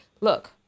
Look